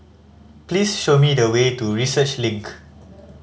please show me the way to Research Link